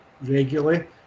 regularly